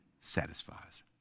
satisfies